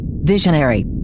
Visionary